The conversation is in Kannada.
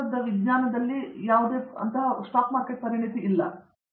ಅರಂದಾಮ ಸಿಂಗ್ ನಾವು ಅದರಲ್ಲಿ ಯಾವುದೇ ಪರಿಣತಿಯನ್ನು ಹೊಂದಿಲ್ಲ